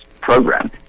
program